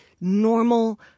normal